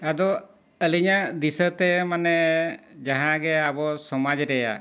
ᱟᱫᱚ ᱟᱹᱞᱤᱧᱟᱜ ᱫᱤᱥᱟᱹᱛᱮ ᱢᱟᱱᱮ ᱡᱟᱦᱟᱸ ᱜᱮ ᱟᱵᱚ ᱥᱚᱢᱟᱡᱽ ᱨᱮᱭᱟᱜ